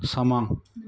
ਸਮਾਂ